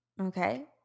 okay